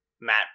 Matt